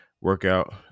workout